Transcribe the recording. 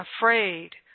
afraid